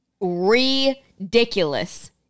ridiculous